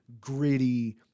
gritty